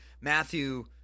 Matthew